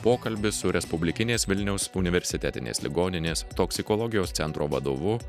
pokalbis su respublikinės vilniaus universitetinės ligoninės toksikologijos centro vadovu